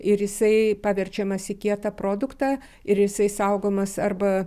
ir jisai paverčiamas į kietą produktą ir jisai saugomas arba